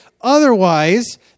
Otherwise